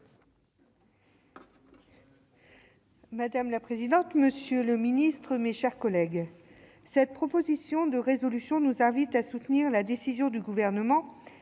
Madame la présidente, monsieur le secrétaire d'État, mes chers collègues, cette proposition de résolution nous invite à soutenir la décision du Gouvernement